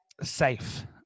safe